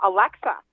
Alexa